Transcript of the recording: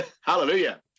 Hallelujah